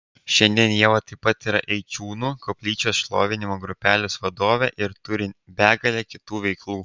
šiandien ieva taip pat yra eičiūnų koplyčios šlovinimo grupelės vadovė ir turi begalę kitų veiklų